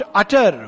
utter